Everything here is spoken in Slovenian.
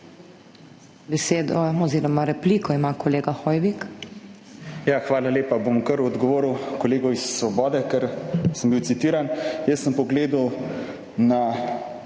Hvala lepa. Bom kar odgovoril kolegu iz Svobode, ker sem bil citiran. Jaz sem pogledal na